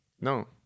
No